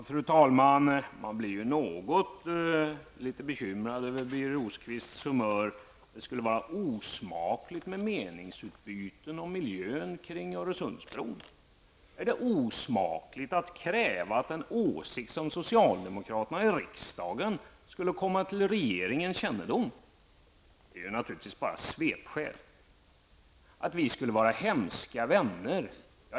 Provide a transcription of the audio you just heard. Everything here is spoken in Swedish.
Fru talman! Man blir något bekymrad över Birger Rosqvists humör! Det skulle enligt honom vara osmakligt med meningsutbyten om miljön kring Öresundsbron. Är det osmakligt att kräva att en åsikt som socialdemokraterna har framfört i riksdagen skall komma till regeringens kännedom? Det är naturligtvis bara svepskäl. Vidare skulle vi i folkpartiet liberalerna vara hemska vänner!